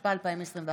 התשפ"א 2021,